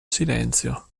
silenzio